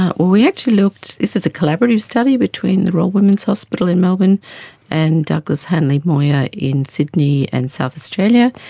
ah we actually looked, this is a collaborative study between the royal women's hospital in melbourne and douglass hanly moir in sydney and south australia,